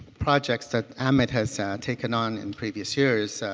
projects that ahmed has ah taken on in previous years.